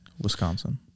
Wisconsin